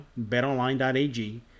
BetOnline.ag